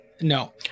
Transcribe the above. no